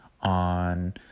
on